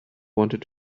wanted